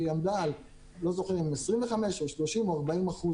והיא עמדה על 25% או 30% או 40%